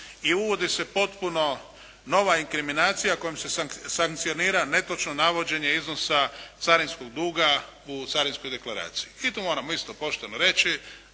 I uvodi se potpuno nova inkriminacija kojom se sankcionira netočno navođenje iznosa carinskog duga u carinskoj deklaraciji. I to moramo isto pošteno reći